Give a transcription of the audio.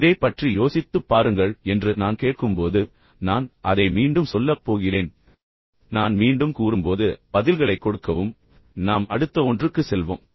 இதைப் பற்றி யோசித்துப் பாருங்கள் என்று நான் கேட்கும்போது நான் அதை மீண்டும் மீண்டும் சொல்லப் போகிறேன் பின்னர் நான் மீண்டும் கூறும்போது பதில்களைக் கொடுக்கவும் பின்னர் நாம் அடுத்த ஒன்றுக்கு செல்வோம்